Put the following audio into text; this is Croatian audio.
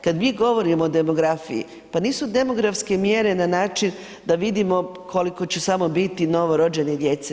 Kada mi govorimo o demografiji, pa nisu demografske mjere na način da vidimo koliko će samo biti novorođene djece.